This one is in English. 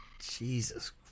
Jesus